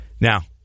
Now